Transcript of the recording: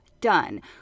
done